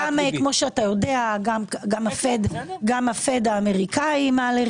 גם הפד האמריקאי כפי שאתה יודע, מעלה ריבית.